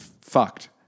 fucked